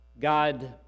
God